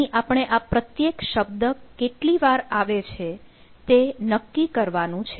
અહીં આપણે આ પ્રત્યેક શબ્દ કેટલી વાર આવે છે તે નક્કી કરવાનું છે